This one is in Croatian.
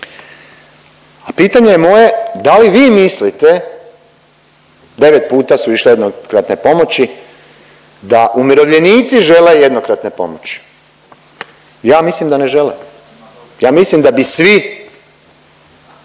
A pitanje je moje da li vi mislite, 9 puta su išle jednokratne pomoći, da umirovljenici žele jednokratne pomoći? Ja mislim da ne žele, ja mislim da bi svi